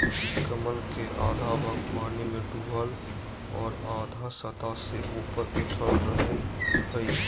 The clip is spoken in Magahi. कमल के आधा भाग पानी में डूबल और आधा सतह से ऊपर उठल रहइ हइ